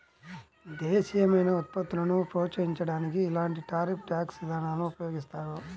దేశీయమైన ఉత్పత్తులను ప్రోత్సహించడానికి ఇలాంటి టారిఫ్ ట్యాక్స్ విధానాలను ఉపయోగిస్తారు